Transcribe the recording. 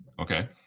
Okay